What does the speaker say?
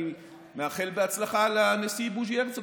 אני מאחל בהצלחה לנשיא בוז'י הרצוג,